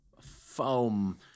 foam